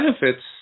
benefits